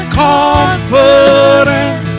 confidence